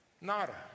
nada